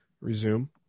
resume